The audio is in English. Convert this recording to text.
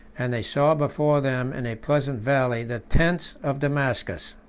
and they saw before them, in a pleasant valley, the tents of damascus.